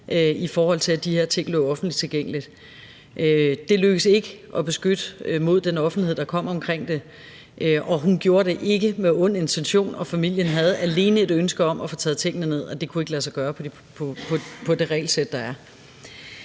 i forhold til at de her ting lå offentligt tilgængeligt. Det lykkedes ikke at beskytte mod den offentlighed, der kom omkring det, og hun gjorde det ikke med ond intention. Familien havde alene et ønske om at få taget tingene ned, og det kunne ikke lade sig gøre på baggrund af det regelsæt, der er.